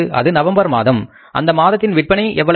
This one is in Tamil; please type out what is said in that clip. அது நவம்பர் மாதம் அந்த மாதத்தின் விற்பனை எவ்வளவு